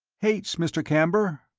hates mr. camber?